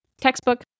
textbook